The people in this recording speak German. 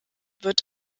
wird